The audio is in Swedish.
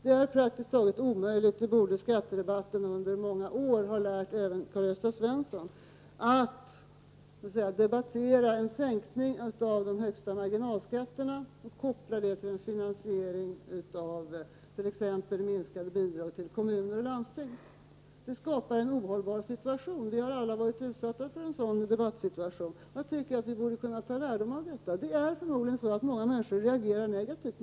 Karl-Gösta Svenson borde ha lärt av de gångna årens skattedebatter att det är praktiskt taget omöjligt att diskutera en sänkning av de högsta marginalskatterna och koppla denna sänkning till en finansiering med minskade bidrag till kommuner och landsting. Vi har alla varit utsatta för en sådan debattsituation och den är ohållbar. Jag tycker att vi borde ta lärdom av detta. Det är förmodligen så att många människors reaktion är negativ.